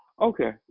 okay